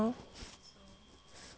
okay